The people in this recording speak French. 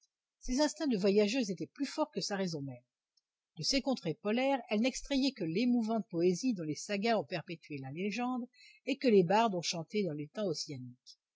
ses instincts de voyageuse étaient plus forts que sa raison même de ces contrées polaires elle n'extrayait que l'émouvante poésie dont les sagas ont perpétué la légende et que les bardes ont chantée dans